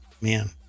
man